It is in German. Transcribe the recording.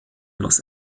los